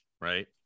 right